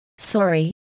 Sorry